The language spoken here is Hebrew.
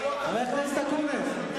חבר הכנסת אקוניס.